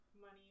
money